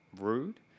rude